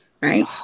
Right